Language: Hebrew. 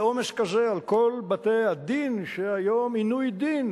לעומס כזה על כל בתי-הדין שהיום עינוי דין